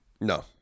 No